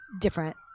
different